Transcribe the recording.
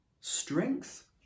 strength